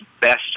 best